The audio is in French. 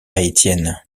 étienne